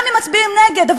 גם אם מצביעים נגד,